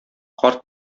карт